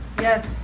Yes